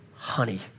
honey